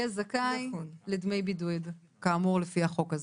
יהיה זכאי לדמי בידוד כאמור לפי החוק הזה.